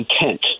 intent